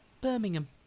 Birmingham